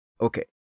Okay